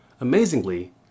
Amazingly